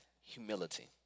humility